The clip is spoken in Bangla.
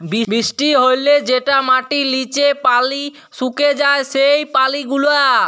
বৃষ্টি হ্যলে যেটা মাটির লিচে পালি সুকে যায় সেই পালি গুলা